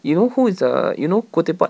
you know who is err you know khoo teck puat